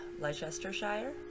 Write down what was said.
Leicestershire